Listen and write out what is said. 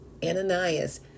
ananias